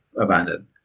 abandoned